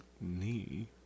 knee